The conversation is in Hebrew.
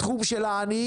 בתחום של העניים.